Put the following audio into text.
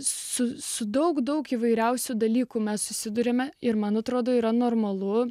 su su daug daug įvairiausių dalykų mes susiduriame ir man atrodo yra normalu